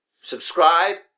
Subscribe